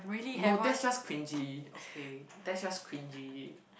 no that's just cringey okay that's just cringey